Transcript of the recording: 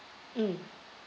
mm